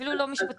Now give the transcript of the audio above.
אפילו לא משפטית.